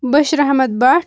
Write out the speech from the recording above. Bashir Ahmad Bhat